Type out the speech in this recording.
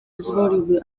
pozwoliłby